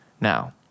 Now